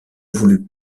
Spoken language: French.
voulut